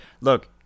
look